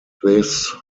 this